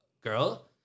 girl